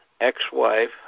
ex-wife